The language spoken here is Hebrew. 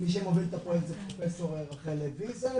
מי שמוביל את הפרויקט זה פרופ' רחל ויזל.